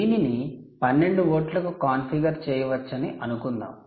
దీనిని 12 వోల్ట్లకు కాన్ఫిగర్ చేయవచ్చని అనుకుందాము